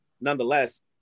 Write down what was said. Nonetheless